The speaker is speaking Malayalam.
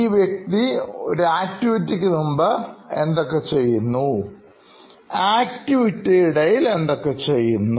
ഈ വ്യക്തി ഒരു ആക്ടിവിറ്റിക്ക് മുമ്പ് എന്തൊക്കെ ചെയ്യുന്നു ആക്ടിവിറ്റിയുടെ ഇടയിൽഎന്തൊക്കെ ചെയ്യുന്നു